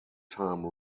time